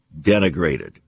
denigrated